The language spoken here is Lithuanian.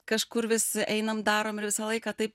kažkur vis einam darom ir visą laiką taip